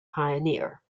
pioneer